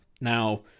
Now